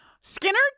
Skinner